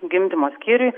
gimdymo skyriuj